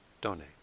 donate